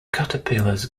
caterpillars